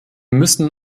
müssen